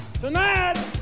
Tonight